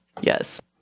Yes